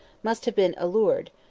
must have been allured,